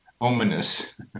ominous